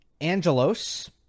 Angelos